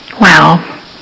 Wow